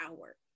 hour